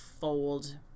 fold